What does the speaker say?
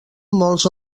molts